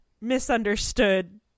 misunderstood